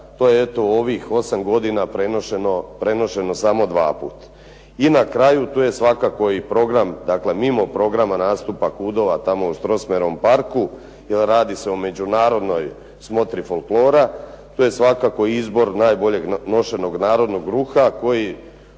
To je eto u ovih 8 godina prenošeno samo 2 puta. I na kraju tu je svakako i program, dakle mimo nastupa KUD-ova tamo u Strossmayerovom parku jer radi se o međunarodnoj smotri folklora, tu je svakako izbor najboljeg nošenog ruha koji